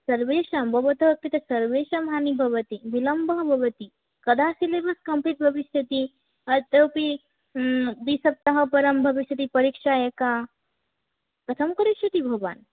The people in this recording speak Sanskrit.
सर्वेषां भवतः कृते सर्वेषां हानिः भवति विलम्बः भवति कदा सिलेबस् कम्प्लिट् भविष्यति इतोपि द्विसप्ताहः परं भविष्यति परीक्षा एका कथं करिष्यति भवान्